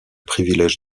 privilège